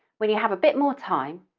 when you have a bit more time,